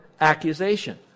accusation